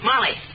Molly